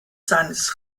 seines